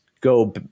go